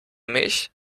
mich